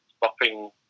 stopping